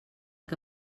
que